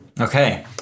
Okay